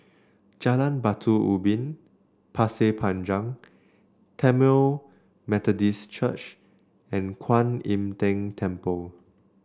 Jalan Batu Ubin Pasir Panjang Tamil Methodist Church and Kuan Im Tng Temple